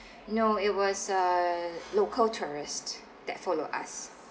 no it was a local tourist that follow us